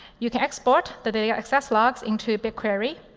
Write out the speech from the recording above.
you can export the data access logs into bigquery.